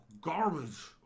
garbage